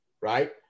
right